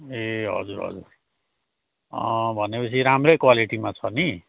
ए हजुर हजुर भनेपछि राम्रै क्वालिटीमा छ नि